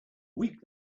week